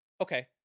Okay